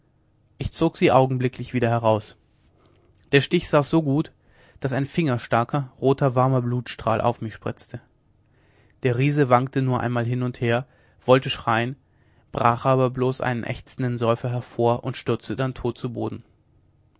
ich zog sie augenblicklich wieder heraus der stich saß so gut daß ein fingerstarker roter warmer blutstrahl auf mich spritzte der riese wankte nur einmal hin und her wollte schreien brachte aber bloß einen ächzenden seufzer hervor und stürzte dann tot zu boden